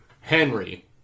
Henry